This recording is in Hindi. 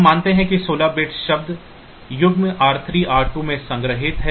हम मानते हैं कि 16 बिट शब्द युग्म r3 r2 में संग्रहीत है